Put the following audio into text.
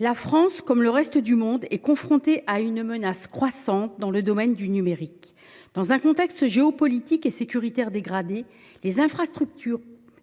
La France, comme le reste du monde, est confrontée à une menace croissante dans le domaine du numérique. Dans un contexte géopolitique et sécuritaire dégradé, les infrastructures